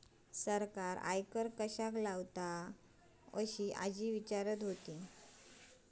सरकार आयकर कश्याक लावतता? असा आजी विचारत होती